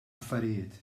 affarijiet